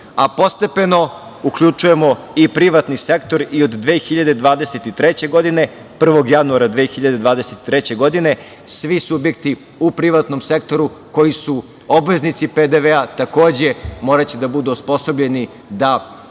a postepeno uključujemo privatni sektor. Od 2023. godine, 1. januara 2023. godine, svi subjekti u privatnom sektoru koji su obveznici PDV-a takođe moraće da budu osposobljeni da